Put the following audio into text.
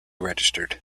registered